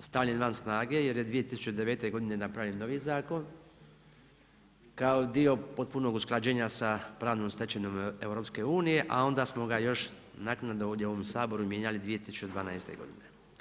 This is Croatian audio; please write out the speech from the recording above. stavljen van snage jer je 2009. godine napravljen novi zakon, kao dio potpunog usklađenja sa pravnom stečevinom EU-a onda smo ga još naknadno u ovom Saboru mijenjali 2012. godine.